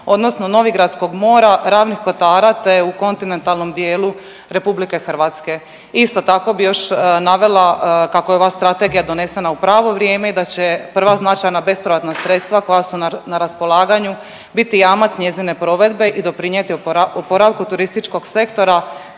odnosno novigradskog mora, Ravnih kotara te u kontinentalnom dijelu RH. Isto tako bih još navela kako je ova Strategija donesena u pravo vrijeme i da će prva značajna bespovratna sredstva koja su na raspolaganju biti jamac njezine provedbe i doprinijeti oporavku turističkog sektora